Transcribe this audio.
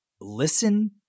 listen